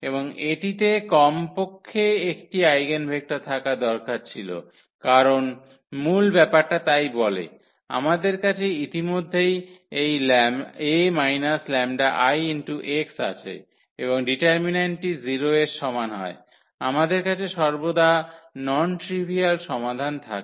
এবং এটিতে কমপক্ষে 1 টি আইগেনভেক্টর থাকা দরকার ছিল কারণ মূল ব্যাপারটা তাই বলে আমাদের কাছে ইতিমধ্যে এই A 𝜆𝐼x আছে এবং ডিটারমিন্যান্টটি 0 এর সমান হয় আমাদের কাছে সর্বদা নন ট্রিভিয়াল সমাধান থাকে